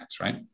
right